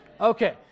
Okay